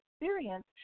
experience